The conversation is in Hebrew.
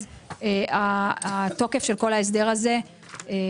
אז התוקף של כל ההסדר הזה פוקע.